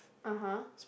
(uh huh)